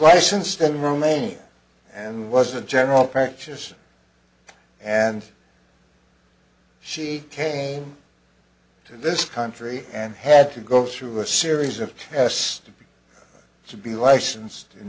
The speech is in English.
licensed in romania and was a general practice and she came to this country and had to go through a series of tests to be to be licensed in